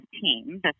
team